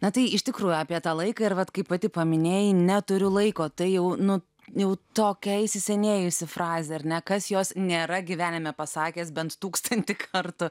na tai iš tikrųjų apie tą laiką ir vat kai pati paminėjai neturiu laiko tai jau nu jau tokia įsisenėjusi frazė ar ne kas jos nėra gyvenime pasakęs bent tūkstantį kartų